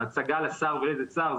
ההצגה לשר ואיזה שר,